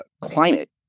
climate